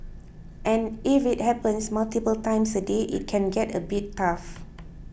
and if it happens multiple times a day it can get a bit tough